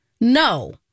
No